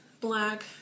black